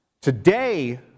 Today